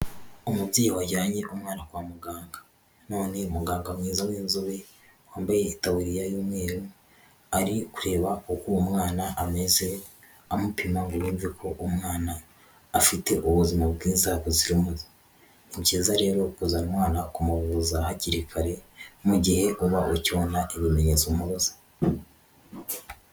Umubyeyi wajyanye umwana kwa muganga, none muganga mwiza w'inzobe wambaye itaburiya y'umweru, ari kureba uko mwana ameze, amupima ngo yumve ko umwana afite ubuzima bwiza buzira umuze. Ni byiza rero kuzana umwana kumuvuza hakiri kare mu gihe uba ukibona ibimenyetso bw'umubaza.